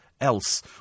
Else